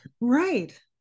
right